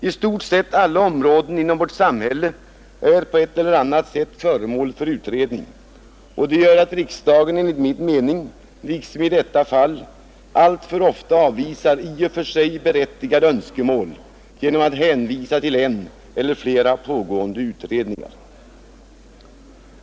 I stort sett alla områden inom vårt samhälle är på ett eller annat vis föremål för utredning, och det gör att riksdagen enligt min mening alltför ofta, liksom i detta fall, avvisar i och för sig berättigade önskemål genom att hänvisa till en eller flera pågående utredningar.